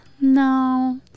no